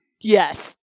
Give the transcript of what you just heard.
Yes